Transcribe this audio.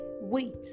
Wait